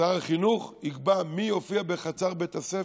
שר החינוך יקבע מי יופיע בחצר בית הספר?